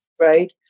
right